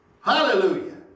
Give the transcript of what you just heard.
Hallelujah